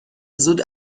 زود